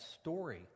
story